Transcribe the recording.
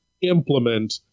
implement